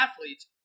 athletes